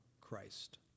Christ